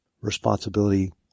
responsibility